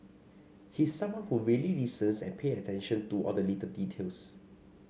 he's someone who really listens and pay attention to all the little details